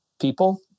people